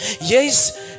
Yes